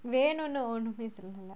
வேணும்னுஒண்ணுமேசொல்லல:venumnu onnume sollala